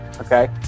Okay